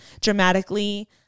dramatically